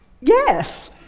Yes